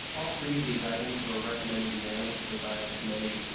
all three of these items were recommended unanimously by the committee.